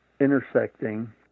intersecting